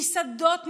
מסעדות נפגעות.